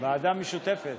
ועדה משותפת.